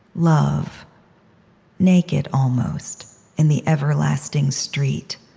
love naked almost in the everlasting street,